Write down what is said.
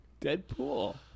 Deadpool